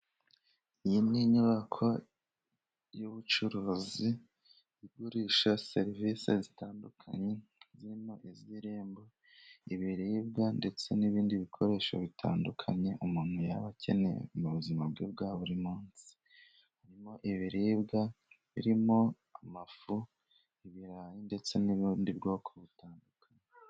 Iyi ni inyubako y'ubucuruzi igurisha serivisi zitandukanye, zirimo iz'irembo, ibiribwa, ndetse n'ibindi bikoresho bitandukanye umuntu yaba akeneye mu buzima bwe bwa buri munsi, harimo ibiribwa birimo amafu, ibirayi, ndetse n'ubundi bwoko butandukanye.